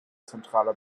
zentraler